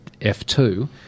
f2